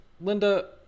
Linda